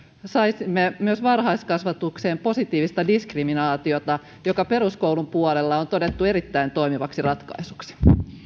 saisimme myös varhaiskasvatukseen positiivista diskriminaatiota joka peruskoulun puolella on todettu erittäin toimivaksi ratkaisuksi